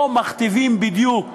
בתוכנית לא מכתיבים בדיוק